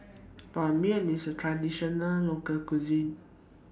Ban Mian IS A Traditional Local Cuisine